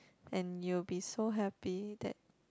and you'll be so happy that